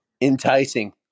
Enticing